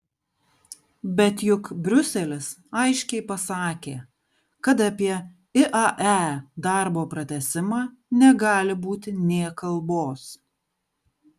bet juk briuselis aiškiai pasakė kad apie iae darbo pratęsimą negali būti nė kalbos